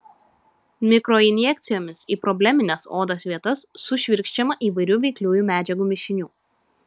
mikroinjekcijomis į problemines odos vietas sušvirkščiama įvairių veikliųjų medžiagų mišinių